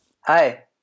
Hi